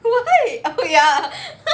why oh ya